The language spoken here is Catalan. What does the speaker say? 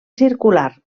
circular